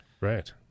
Right